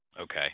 Okay